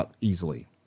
easily